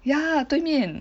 ya 对面